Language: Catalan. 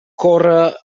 corre